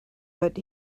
but